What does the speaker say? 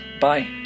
Bye